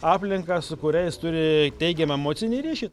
aplinką su kuria jis turi teigiamą emocinį ryšį